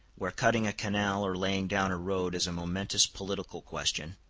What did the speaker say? where cutting a canal or laying down a road is a momentous political question,